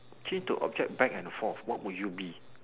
change to object back and forth what would you be